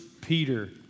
Peter